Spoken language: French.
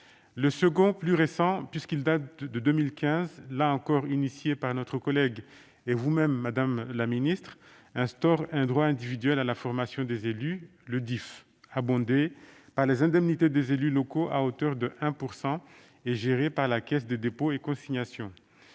Le second, plus récent puisqu'il date de 2015, là encore créé par notre collègue Sueur et vous-même, madame la ministre, instaure un droit individuel à la formation des élus, le DIFE, abondé par les indemnités des élus locaux à hauteur de 1 % et géré par la Caisse des dépôts et consignations.